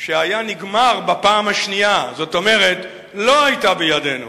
שהיה נגמר בפעם השנייה, כלומר לא היתה בידינו,